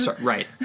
right